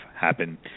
happen